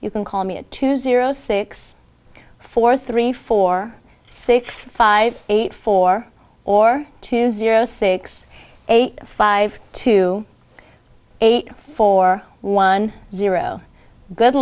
you can call me at two zero six four three four six five eight four or two zero six eight five to eight four one zero good